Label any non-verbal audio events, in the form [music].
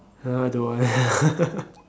uh don't want [laughs]